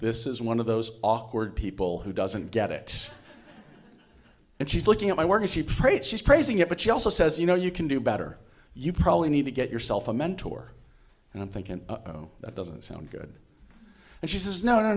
this is one of those awkward people who doesn't get it and she's looking at my work and she prayed she's praising it but she also says you know you can do better you probably need to get yourself a mentor and i'm thinking oh that doesn't sound good and she says no no